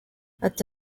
ati